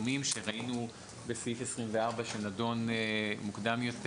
התשלומים שראינו בסעיף 24 שנדון מוקדם יותר.